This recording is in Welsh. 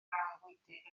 grawnfwydydd